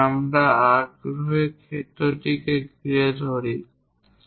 আমরা আগ্রহের ক্ষেত্রটিকে ঘিরে রাখি